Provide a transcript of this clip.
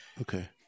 Okay